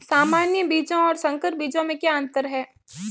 सामान्य बीजों और संकर बीजों में क्या अंतर है?